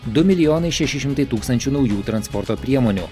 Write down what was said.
du milijonai šeši šimtai tūkstančių naujų transporto priemonių